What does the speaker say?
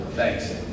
thanks